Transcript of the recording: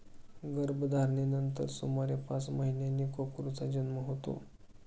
गर्भधारणेनंतर सुमारे पाच महिन्यांनी कोकरूचा जन्म होतो